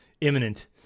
imminent